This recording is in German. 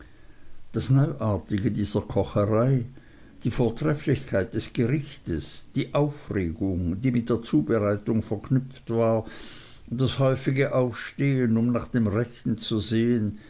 das neuartige dieser kocherei die vortrefflichkeit des gerichtes die aufregung die mit der zubereitung verknüpft war das häufige aufstehen um nach dem rechten zu sehen